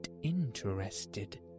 interested